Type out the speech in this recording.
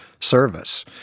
service